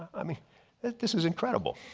i mean this is incredible.